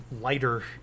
lighter